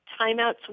timeouts